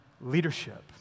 leadership